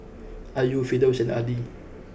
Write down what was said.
Ayu Firdaus and Adi